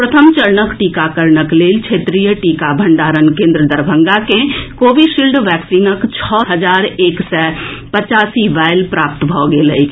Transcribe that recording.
प्रथम चरणक टीकाकरणक लेल क्षेत्रीय टीका भण्डारण केन्द्र दरभंगा के कोविशील्ड वैक्सीनक छओ हजार एक सय पचासी वायल प्राप्त भऽ गेल अछि